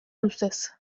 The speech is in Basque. luzez